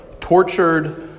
tortured